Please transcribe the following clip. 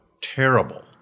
terrible